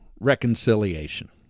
reconciliation